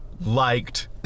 liked